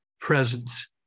presence